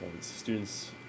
Students